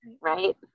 right